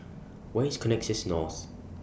Where IS Connexis North